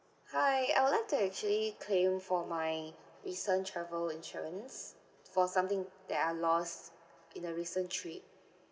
hi I would like to actually claim for my recent travel insurance for something that I lost in the recent trip